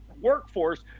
workforce